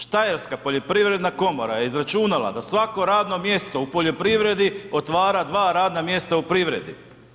Štajerska poljoprivredna komora je izračunala da svako radno mjesto u poljoprivredi otvara dva radna mjesta u privredi.